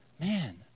man